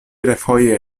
refoje